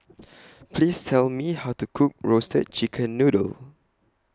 Please Tell Me How to Cook Roasted Chicken Noodle